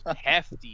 hefty